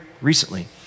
recently